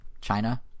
china